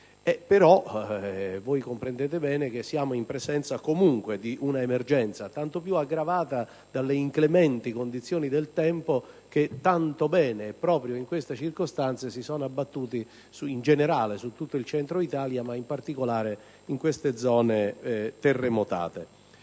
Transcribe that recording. voi comprendete bene che siamo in presenza, comunque, di un'emergenza, tanto più aggravata dalle inclementi condizioni del tempo che tanto bene, proprio in queste circostanze, si sono abbattute in generale su tutto il Centro Italia ma, in particolare, in queste zone terremotate.